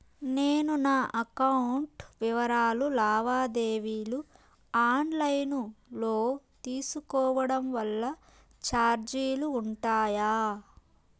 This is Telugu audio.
నేను నా అకౌంట్ వివరాలు లావాదేవీలు ఆన్ లైను లో తీసుకోవడం వల్ల చార్జీలు ఉంటాయా?